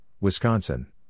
Wisconsin